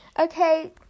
Okay